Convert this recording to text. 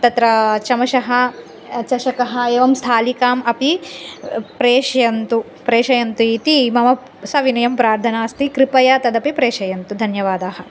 तत्र चमशः चषकः एवं स्थालिकामपि प्रेषयन्तु प्रेषयन्तु इति मम सविनयं प्रार्थनास्ति कृपया तदपि प्रेषयन्तु धन्यवादाः